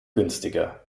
günstiger